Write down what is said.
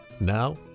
now